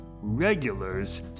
regulars